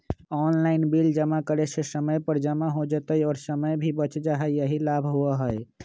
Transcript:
Online bill जमा करे से समय पर जमा हो जतई और समय भी बच जाहई यही लाभ होहई?